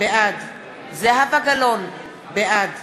בעד זהבה גלאון, בעד